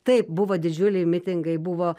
taip buvo didžiuliai mitingai buvo